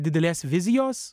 didelės vizijos